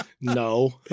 No